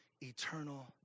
eternal